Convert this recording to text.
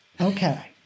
Okay